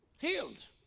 Healed